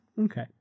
Okay